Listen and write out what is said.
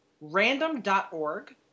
random.org